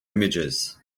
images